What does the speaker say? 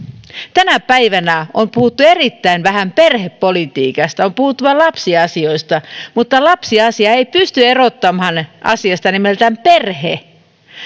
tänä päivänä on puhuttu erittäin vähän perhepolitiikasta on puhuttu vain lapsiasioista mutta lapsiasiaa ei pysty erottamaan asiasta nimeltä perhe